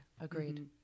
agreed